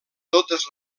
totes